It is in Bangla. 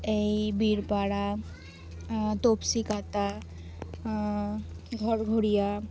এই বীরপাড়া তফসিকাতা ঘরঘড়িয়া